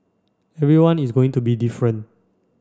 everyone is going to be different